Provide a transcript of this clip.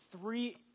three